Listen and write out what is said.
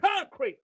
concrete